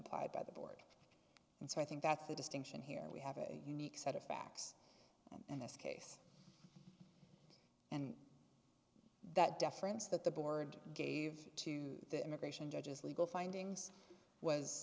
applied by the board and so i think that's the distinction here we have a unique set of facts in this case and that deference that the board gave to the immigration judges legal findings was